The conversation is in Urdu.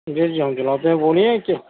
جی جی ہم دلاتے ہیں بولیے کہ